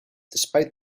despite